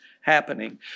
happening